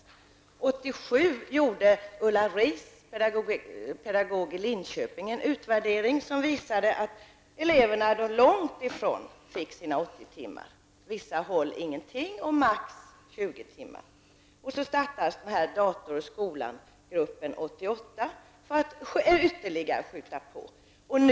1987 gjorde Ulla Riis, pedagog i Linköping, en utvärdering som visade att eleverna långt ifrån fick sina 80 timmar. På vissa håll fick eleverna ingenting, och på andra håll fick eleverna maximalt 20 timmar. 1988 startade den s.k. DOS-gruppen för att man ytterligare skulle skjuta på utvecklingen.